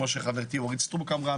כמו שחברתי אורית סטרוק אמרה,